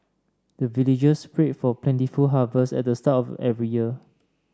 the villagers pray for plentiful harvest at the start of every year